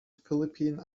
philippine